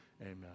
Amen